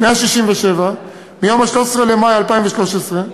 167 מיום 13 במאי 2013,